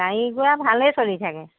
গাড়ী গোৰা ভালেই চলি থাকে